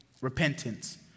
repentance